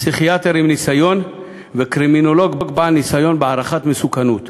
פסיכיאטר עם ניסיון וקרימינולוג בעל ניסיון בהערכת מסוכנות.